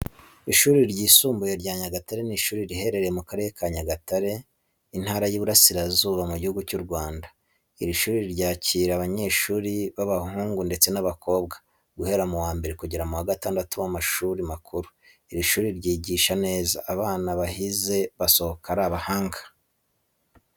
Ishuri ryisumbuye rya Nyagatare, ni ishuri riherereye mu karere ka Nyagatare, intara y'Iburasirazuba, mu gihugu cyu Rwanda. Iri shuri ryacyira abanyeshuri b'abahungu, ndetse n'abakobwa, guhera mu wa mbere ukagera mu wa gatandu w'amashuri. Iri shuri ryigisha neza, abana bahize basohokamo ari abahanga.